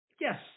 Yes